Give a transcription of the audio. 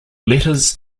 letters